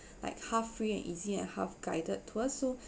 half free and easy and half guided tour so